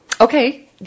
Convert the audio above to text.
Okay